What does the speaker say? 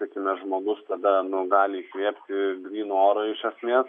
tai tuomet žmogus tada nu gali įkvėpti gryno oro iš esmės